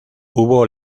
hubo